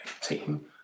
team